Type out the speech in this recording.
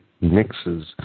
mixes